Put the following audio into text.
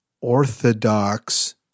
orthodox